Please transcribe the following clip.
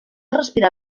respirar